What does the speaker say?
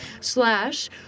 slash